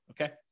okay